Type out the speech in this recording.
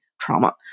trauma